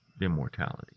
immortality